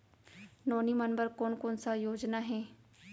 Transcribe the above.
नोनी मन बर कोन कोन स योजना हे?